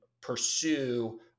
pursue